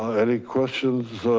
any questions?